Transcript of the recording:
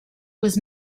was